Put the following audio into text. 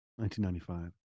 1995